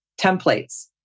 templates